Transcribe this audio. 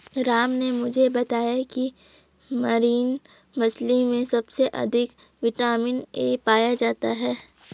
राम ने मुझे बताया की मरीन मछली में सबसे अधिक विटामिन ए पाया जाता है